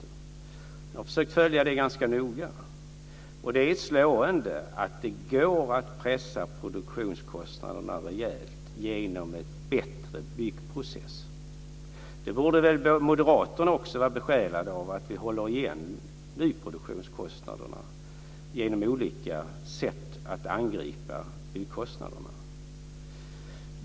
Jag har försökt följa det ganska noga, och det är slående att det går att pressa produktionskostnaderna rejält genom en bättre byggprocess. Moderaterna borde väl också vara besjälade av att vi håller igen nyproduktionskostnaderna genom olika sätt att angripa byggkostnaderna.